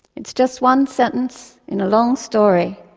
it is just one sentence in a long story.